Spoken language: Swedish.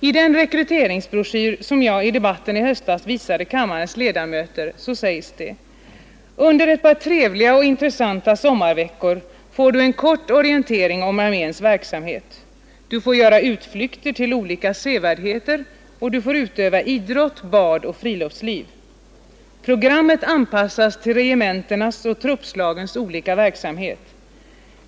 I den rekryteringsbroschyr som jag i debatten i höstas visade kammarens ledamöter sägs: ”Under ett par trevliga och intressanta sommarveckor får Du en kort orientering om arméns verksamhet. Du får göra utflykter till olika sevärdheter och Du får utöva idrott, bad och friluftsliv. Programmet anpassas till regementenas och truppslagens olika verksamhet.